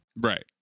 Right